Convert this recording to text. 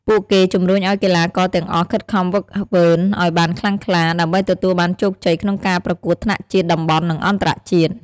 ពួកគេជំរុញឱ្យកីឡាករទាំងអស់ខិតខំហ្វឹកហ្វឺនឱ្យបានខ្លាំងក្លា ដើម្បីទទួលបានជោគជ័យក្នុងការប្រកួតថ្នាក់ជាតិ តំបន់ និងអន្តរជាតិ។